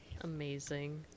Amazing